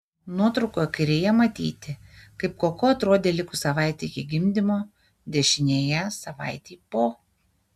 nuotraukoje kairėje matyti kaip koko atrodė likus savaitei iki gimdymo dešinėje savaitė po